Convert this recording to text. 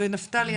ונפתלי,